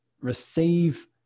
receive